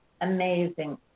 amazing